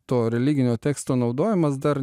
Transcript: to religinio teksto naudojimas dar